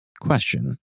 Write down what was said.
question